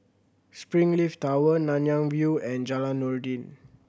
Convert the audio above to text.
Springleaf Tower Nanyang View and Jalan Noordin